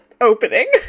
opening